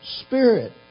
Spirit